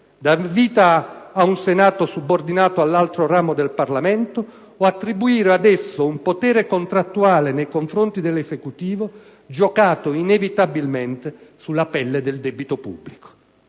dar vita ad un Senato subordinato all'altro ramo del Parlamento, o attribuire ad esso un «potere contrattuale» nei confronti dell'Esecutivo, giocato inevitabilmente sulla pelle del debito pubblico.